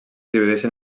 divideixen